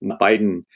Biden